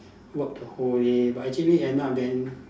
work the whole day but actually end up then